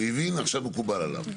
הוא הבין, עכשיו מקובל עליו.